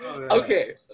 Okay